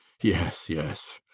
yes, yes!